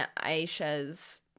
Aisha's